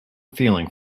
feeling